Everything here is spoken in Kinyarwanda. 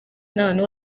n’abantu